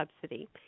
subsidy